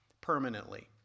permanently